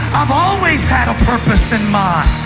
i've always had a purpose in mind.